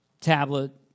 tablet